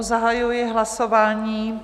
Zahajuji hlasování.